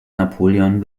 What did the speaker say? napoleon